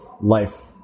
life